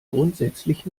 grundsätzlich